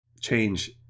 change